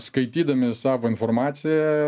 skaitydami savo informacija